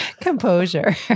composure